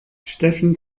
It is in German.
steffen